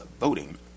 voting